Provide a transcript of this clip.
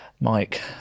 Mike